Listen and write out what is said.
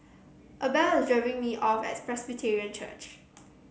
Abel is dropping me off at Presbyterian Church